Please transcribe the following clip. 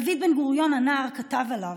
דוד בן-גוריון הנער כתב עליו: